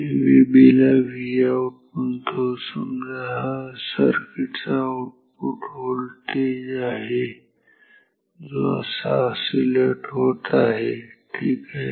मी Vb ला Vout म्हणतो समजा हा सर्किटचा आउटपुट व्होल्टेज आहे जो असा ऑसीलेट होत आहे ठीक आहे